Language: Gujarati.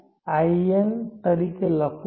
n તરીકે લખી શકું છું